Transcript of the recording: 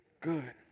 good